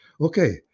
Okay